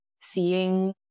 Seeing